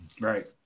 Right